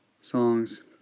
songs